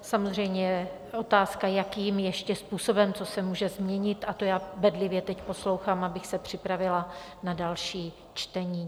Samozřejmě je otázka, jakým ještě způsobem, co se může změnit, a to já bedlivě teď poslouchám, abych se připravila na další čtení.